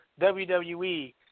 WWE